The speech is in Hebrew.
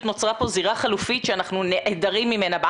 נוצרה פה זירה חלופית שאנחנו נעדרים ממנה.